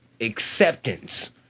acceptance